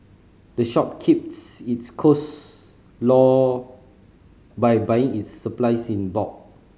the shop keeps its cost low by buying its supplies in bulk